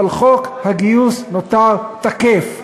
אבל חוק הגיוס נותר תקף,